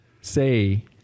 say